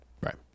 Right